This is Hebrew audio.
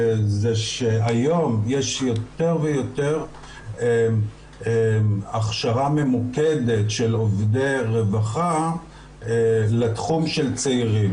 זה שהיום יש יותר ויותר הכשרה ממוקדת של עובדי רווחה לתחום של צעירים,